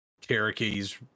Cherokee's